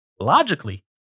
logically